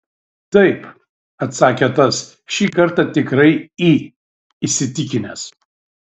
taip atsakė tas šį kartą tikrai į įsitikinęs